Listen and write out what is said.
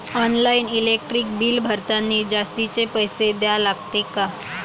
Online electric bill भरतानी जास्तचे पैसे द्या लागते का?